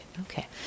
Okay